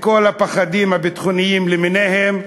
בכל הפחדים הביטחוניים למיניהם,